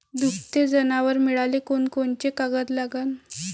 दुभते जनावरं मिळाले कोनकोनचे कागद लागन?